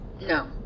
no